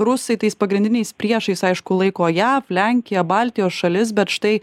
rusai tais pagrindiniais priešais aišku laiko jav lenkiją baltijos šalis bet štai